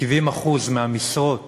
70% מהמשרות